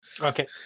Okay